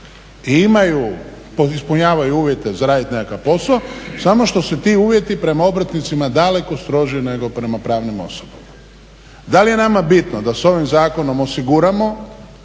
I ispunjavaju uvjete za raditi nekakav posao, samo što su ti uvjeti prema obrtnicima daleko stroži nego prema pravnim osobama. Da li je nama bitno da s ovim zakonom osiguramo